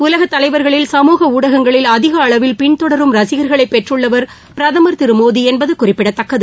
உலக தலைவர்களில் சமூக ஊடகங்களில் அதிக அளவில் பின்தொடரும் ரசிகர்களை பெற்றுள்ளவர் பிரதமர் திரு மோடி என்பது குறிப்பிடத்தக்கது